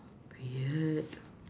weird